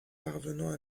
parvenant